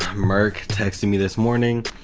merk texted me this morning.